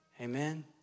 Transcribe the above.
Amen